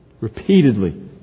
Repeatedly